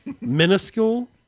minuscule